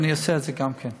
אבל אני אעשה את זה גם כן.